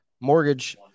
mortgage